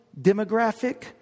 demographic